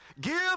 Give